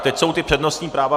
Teď jsou ta přednostní práva.